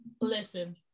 Listen